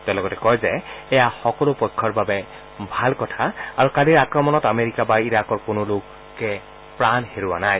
তেওঁ লগতে কয় যে এয়া সকলো পক্ষৰ বাবে ভাল কথা আৰু কালিৰ আক্ৰমণত আমেৰিকা বা ইৰাকৰ কোনো লোকে প্ৰাণ হেৰুওৱা নাই